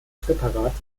präparat